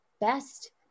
best